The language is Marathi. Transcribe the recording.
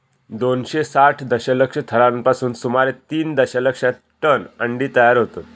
दोनशे साठ दशलक्ष थरांपासून सुमारे तीन दशलक्ष टन अंडी तयार होतत